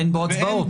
אין בו הצבעות.